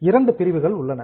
இரண்டு பிரிவுகள் உள்ளன